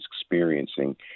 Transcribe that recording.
experiencing